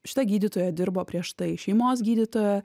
šita gydytoja dirbo prieš tai šeimos gydytoja